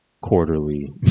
quarterly